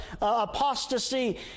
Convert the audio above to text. apostasy